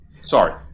Sorry